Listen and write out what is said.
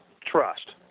trust